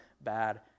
bad